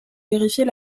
vérifier